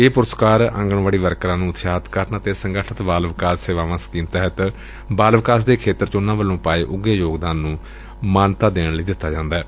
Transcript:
ਇਹ ਪੁਰਸਕਾਰ ਆਂਗਣਵਾੜੀ ਵਰਕਰਾ ਨੂੰ ਉਤਸ਼ਾਹਿਤ ਕਰਨ ਅਤੇ ਸੰਗਠਤ ਬਾਲ ਵਿਕਾਸ ਸੇਵਾਵਾਂ ਸਕੀਮ ਤਹਿਤ ਬਾਲ ਵਿਕਾਸ ਦੇ ਖੇਤਰ ਚ ਉਨਾਂ ਵੱਲੋ ਪਾਏ ਗਏ ਉਘੇ ਯੋਗਦਾਨ ਨੂੰ ਮਾਨਤਾ ਦੇਣ ਲਈ ਦਿੱਤਾ ਜਾਂਦੈ